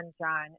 John